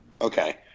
Okay